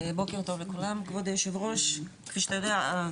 בוקר טוב לכולם, כבוד היושב ראש, כפי שאתה יודע,